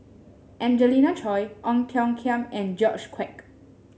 Angelina Choy Ong Tiong Khiam and George Quek